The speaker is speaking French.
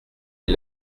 est